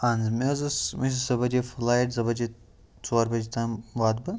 اَہَن حظ مےٚ حظ ٲس زٕ بجے فُلیِٹ زٕ بَجے ژور بَجہِ تام واتہٕ بہٕ